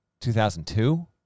2002